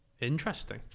Interesting